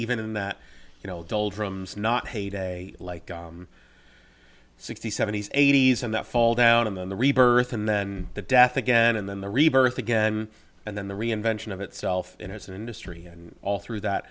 even in that you know doldrums not heyday like sixty seventies eighties and that fall down and then the rebirth and then the death again and then the rebirth again and then the reinvention of itself in his industry and all through that